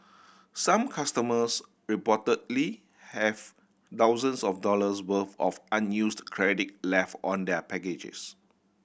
some customers reportedly have thousands of dollars worth of unused credit left on their packages